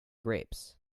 grapes